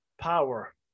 power